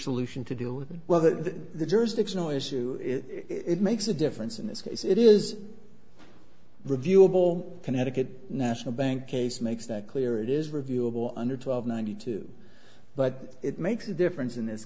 solution to deal with well the jurisdictional issue it makes a difference in this case it is reviewable connecticut national bank case makes that clear it is reviewable under twelve ninety two but it makes a difference in this